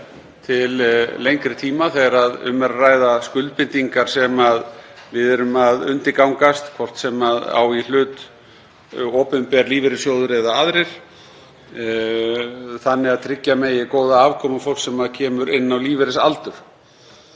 til lengri tíma þegar um er að ræða skuldbindingar sem við undirgöngumst, hvort sem í hlut á opinber lífeyrissjóður eða aðrir, þannig að tryggja megi góða afkomu fólks sem kemur inn á lífeyrisaldur.